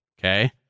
okay